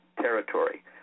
territory